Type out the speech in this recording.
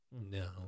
No